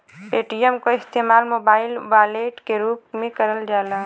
Paytm क इस्तेमाल mobile wallet के रूप में करल जाला